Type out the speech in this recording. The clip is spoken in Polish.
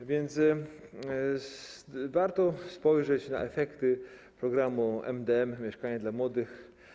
A więc warto spojrzeć na efekty programu MdM, „Mieszkanie dla młodych”